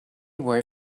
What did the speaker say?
were